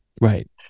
right